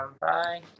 Bye